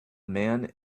man